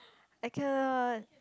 I cannot